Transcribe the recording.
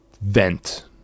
vent